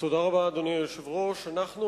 אדוני היושב-ראש, תודה רבה.